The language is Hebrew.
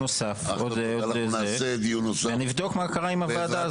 נוסף ולבדוק מה קרה עם הוועדה הזאת.